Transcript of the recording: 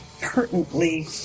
pertinently